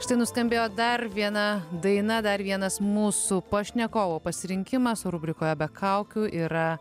štai nuskambėjo dar viena daina dar vienas mūsų pašnekovo pasirinkimas rubrikoje be kaukių yra